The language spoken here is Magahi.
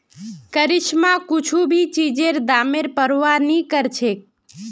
करिश्मा कुछू भी चीजेर दामेर प्रवाह नी करछेक